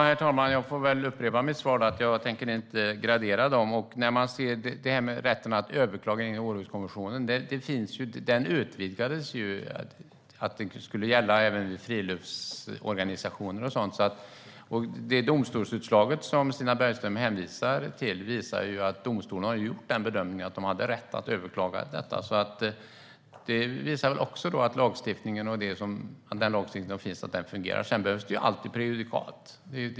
Herr talman! Jag får upprepa mitt svar att jag inte tänker gradera dem. Rätten att överklaga enligt Århuskonventionen utvidgades till att gälla även friluftsorganisationer. Det domstolsutslag som Stina Bergström hänvisar till visar ju att domstolen har gjort bedömningen att de hade rätt att överklaga. Det visar att den lagstiftning som finns fungerar. Det behövs förstås alltid prejudikat.